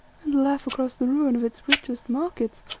and laugh across the ruin of its richest markets,